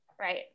Right